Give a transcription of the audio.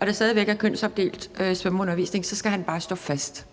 og der stadig væk er kønsopdelt svømmeundervisning, skal han bare stå fast.